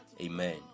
Amen